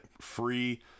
free